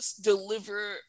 deliver